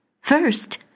First